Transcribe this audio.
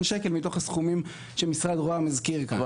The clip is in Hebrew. שקלים מתוך הסכומים שמשרד ראש הממשלה הזכיר כאן.